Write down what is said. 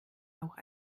auch